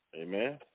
amen